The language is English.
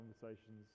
conversations